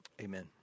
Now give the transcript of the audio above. Amen